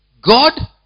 God